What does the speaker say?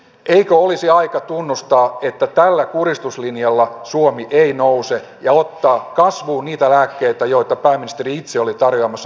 eikö olisi aika tunnustaa että tällä kuristuslinjalla suomi ei nouse ja ottaa kasvuun niitä lääkkeitä joita pääministeri itse oli tarjoamassa viime vaalikaudella